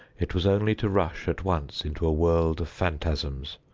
it was only to rush at once into a world of phantasms,